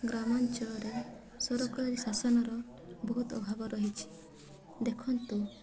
ଗ୍ରାମାଞ୍ଚଳରେ ସରକାରୀ ଶାସନର ବହୁତ ଅଭାବ ରହିଛି ଦେଖନ୍ତୁ